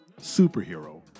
superhero